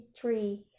three